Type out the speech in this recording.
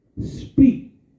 speak